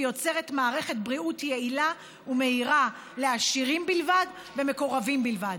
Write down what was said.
ויוצרת מערכת בריאות יעילה ומהירה לעשירים בלבד ומקורבים בלבד.